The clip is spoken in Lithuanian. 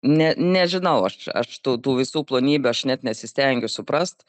ne nežinau aš aš tų tų visų plonybių aš net nesistengiu suprast